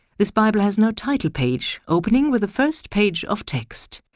this bible has no title page, opening with the first page of text.